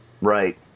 Right